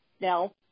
now